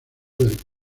del